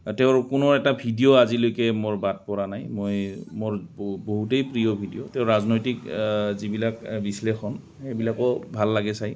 তেওঁৰ কোনো এটা ভিডিঅ' আজিলৈকে মোৰ বাদ পৰা নাই মই মোৰ বহুতেই প্ৰিয় ভিডিঅ' তেওঁৰ ৰাজনৈতিক যিবিলাক বিশ্লেষণ সেইবিলাকো ভাল লাগে চাই